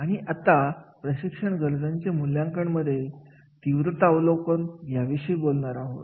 आणि आताप्रशिक्षण गरजांचे मूल्यांकन मध्ये तीव्रता अवलोकन याविषयी बोलणार आहोत